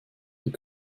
der